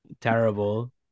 terrible